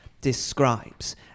describes